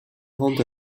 rend